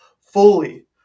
fully